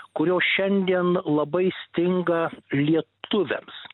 kurio šiandien labai stinga lietuviams